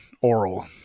oral